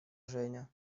женя